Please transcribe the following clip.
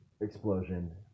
Explosion